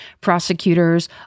Prosecutors